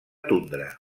tundra